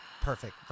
perfect